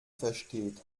versteht